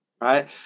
Right